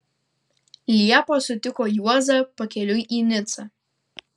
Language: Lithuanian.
liepą sutiko juozą pakeliui į nicą